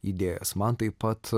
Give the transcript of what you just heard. idėjas man taip pat